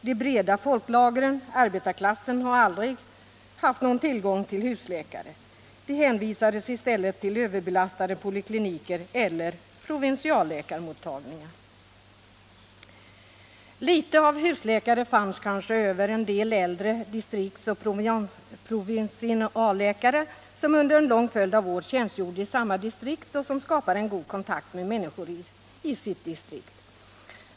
De breda folklagren, arbetarklassen, hade aldrig någon tillgång till husläkare. De hänvisades i stället till överbelastade polikliniker eller provinsialläkarmottagningar. Litet av husläkare var kanske en del äldre distriktsoch provinsialläkare, som under en lång följd av år tjänstgjorde i samma distrikt och skapade en god kontakt med människor i sitt distrikt.